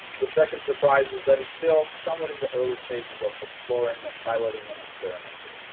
the second surprise was that it's still somewhat in the early stages of exploring and piloting and experiment.